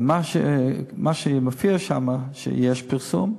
מה שמופיע שם, שיש פרסום,